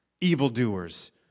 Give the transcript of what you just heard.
evildoers